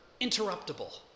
interruptible